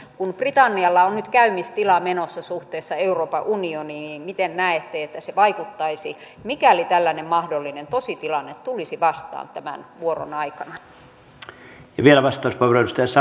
kun britannialla on nyt käymistila menossa suhteessa euroopan unioniin niin miten näette että se vaikuttaisi mikäli tällainen mahdollinen tositilanne tulisi vastaan tämän vuoron aikana